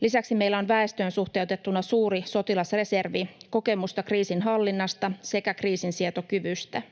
Lisäksi meillä on väestöön suhteutettuna suuri sotilasreservi ja kokemusta kriisinhallinnasta sekä kriisinsietokyvystä.